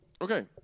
Okay